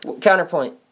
Counterpoint